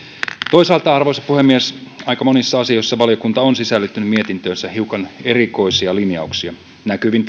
toisaalta arvoisa puhemies aika monissa asioissa valiokunta on sisällyttänyt mietintöönsä hiukan erikoisia linjauksia näkyvin